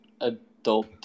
adult